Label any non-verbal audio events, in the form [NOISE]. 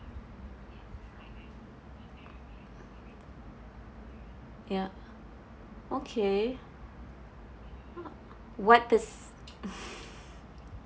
ya okay what does [BREATH]